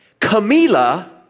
Camila